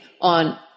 on